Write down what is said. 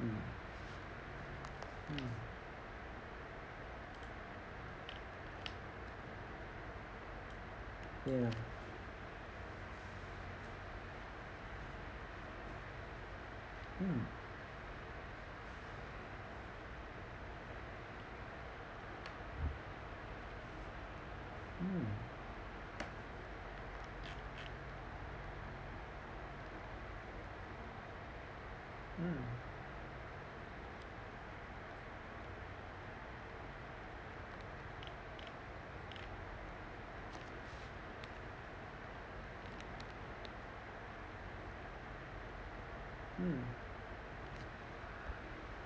mm mm ya mm mm mm mm